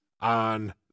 on